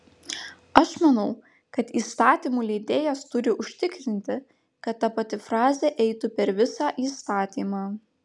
aš manau kad įstatymų leidėjas turi užtikrinti kad ta pati frazė eitų per visą įstatymą